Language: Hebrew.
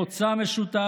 אין להם מוצא משותף,